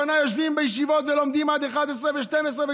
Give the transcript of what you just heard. בניי יושבים בישיבות ולומדים עד 23:00 ו-24:00